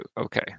okay